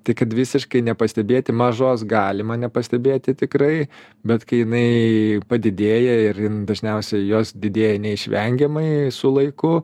tai kad visiškai nepastebėti mažos galima nepastebėti tikrai bet kai jinai padidėja ir jin dažniausiai jos didėja neišvengiamai su laiku